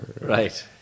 Right